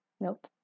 Nope